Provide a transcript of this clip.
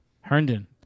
Herndon